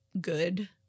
good